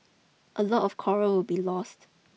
a lot of coral will be lost